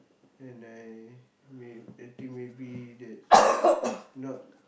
and I may I think maybe that's not